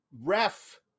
ref